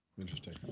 Interesting